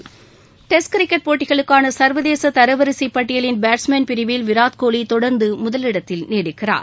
விளையாட்டுக் செய்தி test cricket போட்டிகளுக்கான சர்வதேச தரவரிசைப் பட்டியலின் பேட்ஸ்மேன் பிரிவில் விராத்கோலி தொடர்ந்து முதலிடத்தில் நீடிக்கிறார்